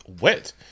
wet